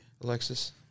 Alexis